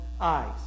eyes